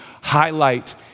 highlight